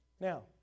Now